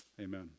amen